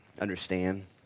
understand